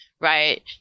right